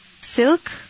Silk